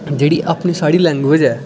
जेह्ड़ी अपनी साढ़ी लैंग्विज ऐ